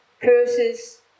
curses